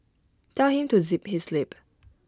tell him to zip his lip